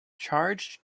charged